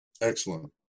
Excellent